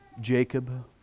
Jacob